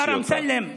השר אמסלם,